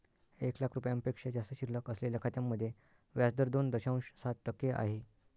एक लाख रुपयांपेक्षा जास्त शिल्लक असलेल्या खात्यांमध्ये व्याज दर दोन दशांश सात टक्के आहे